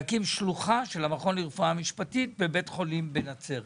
להקים שלוחה של המכון לרפואה משפטית בבית החולים בנצרת,